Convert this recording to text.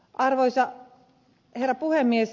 arvoisa herra puhemies